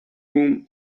room